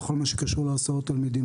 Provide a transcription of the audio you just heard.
בכל מה שקשור להסעות תלמידים.